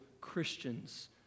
Christians